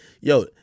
Yo